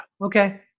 Okay